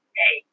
hey